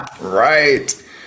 Right